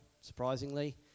surprisingly